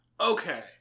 Okay